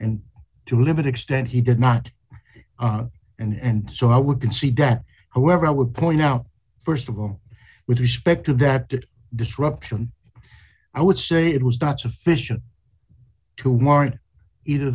and to limit extent he did not and so i would concede that however i would point out st of all with respect to that disruption i would say it was not sufficient to warrant either